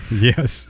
yes